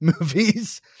movies